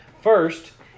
First